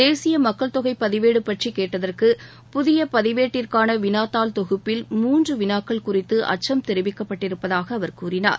தேசிய மக்கள் தொகை பதிவேடு பற்றி கேட்டதற்கு புதிய பதிவேட்டிற்கான விளாத் தாள் தொகுப்பில் மூன்று வினாக்கள் குறித்து அச்சம் தெரிவிக்க்பட்டிருப்பதாக அவர் கூறினார்